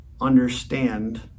understand